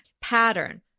Pattern